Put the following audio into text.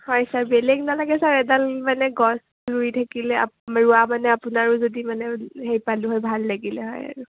হয় ছাৰ বেলেগ নালাগে ছাৰ এডাল মানে গছ ৰুই থাকিলে ৰোৱা মানে আপোনাৰো যদি মানে হেৰি পালোঁ হয় ভাল লাগিলে হয় আৰু